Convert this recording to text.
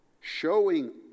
showing